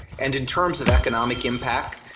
and in terms of economic impact,